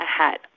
ahead